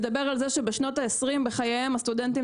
נדבר על זה שבשנות ה-20 בחייהם הסטודנטים